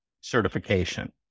certification